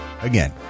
Again